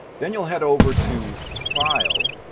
then you'll head over to file,